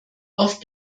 auf